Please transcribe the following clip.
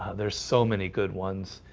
there's so many good ones